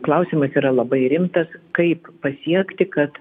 klausimas yra labai rimtas kaip pasiekti kad